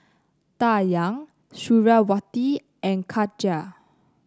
Dayang Suriawati and Khadija